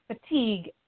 fatigue